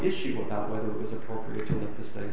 issue about whether it was appropriate to let the s